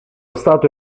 stato